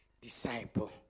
disciple